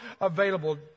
available